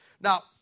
Now